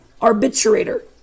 arbitrator